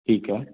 ਠੀਕ ਹੈ